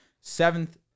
Seventh